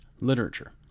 Literature